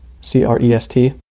C-R-E-S-T